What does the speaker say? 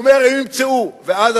ואז,